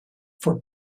for